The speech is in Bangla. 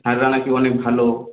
স্যাররা নাকি অনেক ভালো